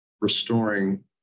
restoring